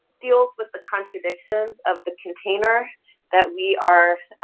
deals with the contradictions of the container that we are